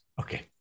Okay